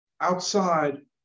outside